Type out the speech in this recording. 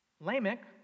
Lamech